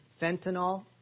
fentanyl